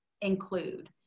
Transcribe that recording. include